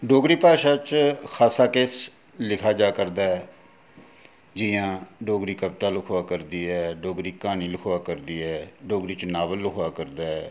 डोगरी भाशा च खासा किश लिखेआ जा करदा ऐ जि'यां डोगरी कवतां लखोआ करदी ऐ डोगरी क्हानी लखोआ करदी ऐ डोगरी च नावल लखोआ करदा ऐ